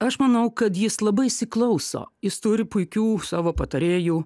aš manau kad jis labai įsiklauso jis turi puikių savo patarėjų